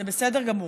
זה בסדר גמור.